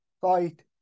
fight